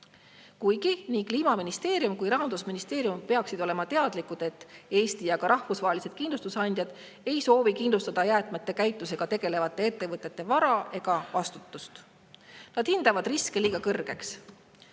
kuigi nii Kliimaministeerium kui ka Rahandusministeerium peaksid olema teadlikud, et Eesti ja ka rahvusvahelised kindlustusandjad ei soovi kindlustada jäätmete käitlusega tegelevate ettevõtete vara ega vastutust. Nad hindavad riske liiga kõrgeks.